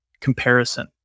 comparison